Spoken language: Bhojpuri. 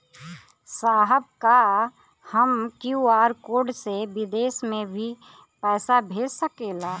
साहब का हम क्यू.आर कोड से बिदेश में भी पैसा भेज सकेला?